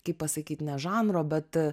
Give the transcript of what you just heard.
kaip pasakyt ne žanro bet